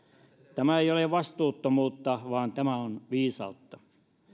tämä ei ole vastuuttomuutta vaan tämä on viisautta